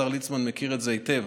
השר ליצמן מכיר את זה היטב.